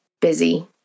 busy